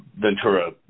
Ventura